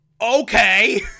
Okay